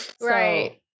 Right